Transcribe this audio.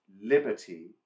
liberty